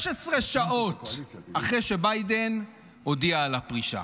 16 שעות אחרי שביידן הודיע על הפרישה,